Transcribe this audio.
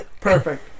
Perfect